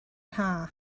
haf